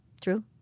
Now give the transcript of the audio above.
True